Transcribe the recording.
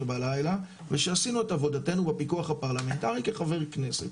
בלילה ושעשינו את עבודתנו בפיקוח הפרלמנטרי כחברי כנסת.